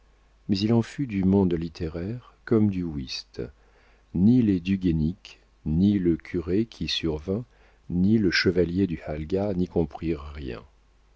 mais il en fut du monde littéraire comme du whist ni les du guénic ni le curé qui survint ni le chevalier du halga n'y comprirent rien